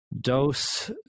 dose